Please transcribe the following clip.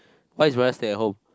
why his brother stay at home